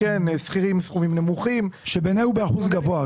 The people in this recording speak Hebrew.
שכירים בסכומים נמוכים --- שבעיניי הוא באחוז גבוה,